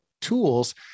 tools